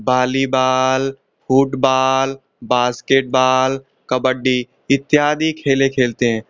volleyball football basketball kabaddi इत्यादि खेलें खेलते हैं